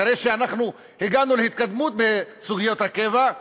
אחרי שאנחנו הגענו להתקדמות בסוגיות הקבע,